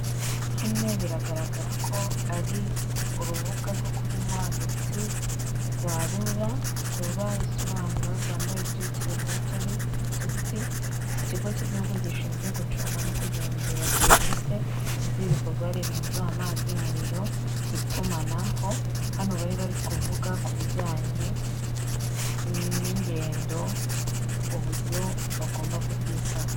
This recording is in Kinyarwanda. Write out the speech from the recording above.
Hano biragaragara ko ari urubuga rwo kuri murandasi rwa rura. Rura isobanura Rwanda yutiriti regilatori otoriti, ikigo cy'igihugu gishinzwe gucunga no kugenzura serivisi z'ibikorwaremezo amazi, umuriro, itumanaho, hano bari bari kuvuga ku bijyanye n'ingendo uburyo bagomba kubyitaho.